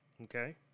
okay